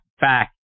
back